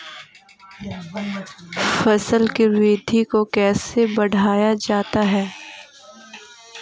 फसल की वृद्धि को कैसे बढ़ाया जाता हैं?